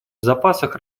запасах